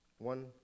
One